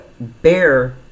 bear